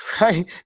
right